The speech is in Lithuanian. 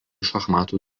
šachmatų